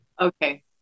okay